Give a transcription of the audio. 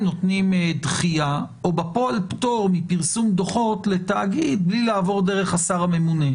נותנים דחייה או פטור מפרסום דוחות לתאגיד בלי לעבוד דרך השר הממונה.